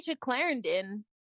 Clarendon